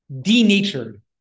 denatured